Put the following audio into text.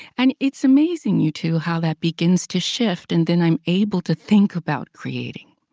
and it's amazing, you two, how that begins to shift and then i'm able to think about creating.